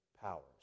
powers